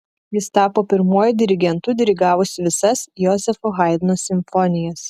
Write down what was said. jis tapo pirmuoju dirigentu dirigavusiu visas jozefo haidno simfonijas